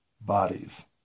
bodies